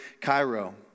cairo